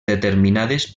determinades